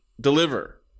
deliver